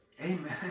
Amen